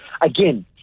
Again